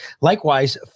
Likewise